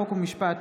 חוק ומשפט,